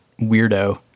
weirdo